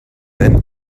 then